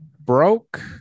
broke